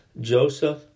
Joseph